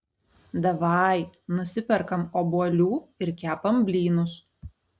davai nusiperkam obuolių ir kepam blynus